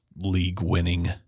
league-winning